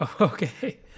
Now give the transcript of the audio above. okay